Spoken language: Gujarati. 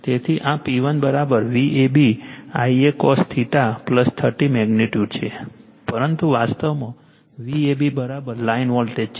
તેથી આ P1 Vab Ia cos 30 magnitude છે પરંતુ વાસ્તવમાં Vab લાઇન વોલ્ટેજ છે